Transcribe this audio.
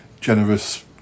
generous